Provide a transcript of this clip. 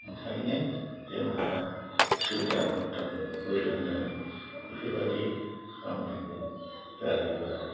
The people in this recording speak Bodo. ओंखायनो जोंहा सुबिदा मथन बोलो होनानै बेफोरबायदि खालामनांगौ जाहैबाय आरो